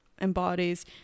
embodies